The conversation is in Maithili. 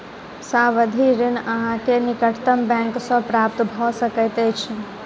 सावधि ऋण अहाँ के निकटतम बैंक सॅ प्राप्त भ सकैत अछि